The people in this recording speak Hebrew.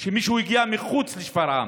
אלא מישהו שהגיע מחוץ לשפרעם.